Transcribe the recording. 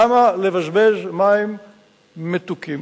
למה לבזבז מים מתוקים,